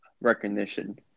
recognition